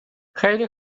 خیلی